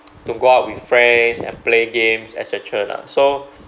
to go out with friends and play games et cetara lah so